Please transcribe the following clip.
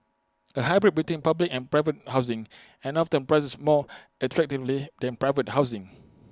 A hybrid between public and private housing and often priced more attractively than private housing